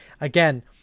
again